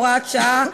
הוראת שעה),